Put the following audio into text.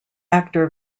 actor